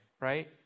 right